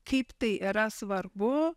kaip tai yra svarbu